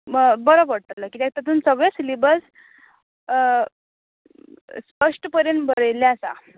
बरो पडटलो कित्यात तातून सगळें सिलेबस स्पश्ट तरेन बरयल्ले आसा